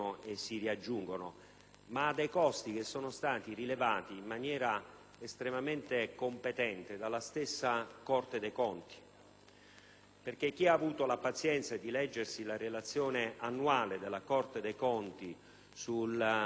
ha dei costi che sono stati rilevati in maniera estremamente competente dalla stessa Corte dei conti. Chi ha avuto la pazienza di leggere la relazione annuale della Corte dei conti sulle